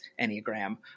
Enneagram